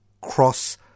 cross